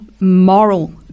moral